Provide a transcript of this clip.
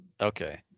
Okay